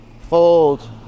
Fold